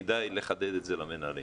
כדאי לחדד את זה למנהלים.